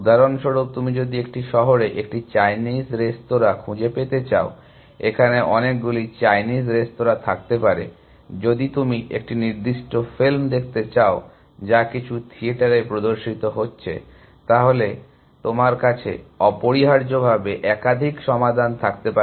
উদাহরণস্বরূপ তুমি যদি একটি শহরে একটি চাইনিজ রেস্তোরাঁ খুঁজে পেতে চাও এখানে অনেকগুলি চাইনিজ রেস্তোরাঁ থাকতে পারে যদি তুমি একটি নির্দিষ্ট ফিল্ম দেখতে চাও যা কিছু থিয়েটারে প্রদর্শিত হচ্ছে তাহলে তোমার কাছে অপরিহার্যভাবে একাধিক সমাধান থাকতে পারে